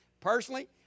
Personally